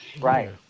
Right